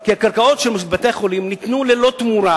כי הקרקעות של בתי-החולים ניתנו ללא תמורה,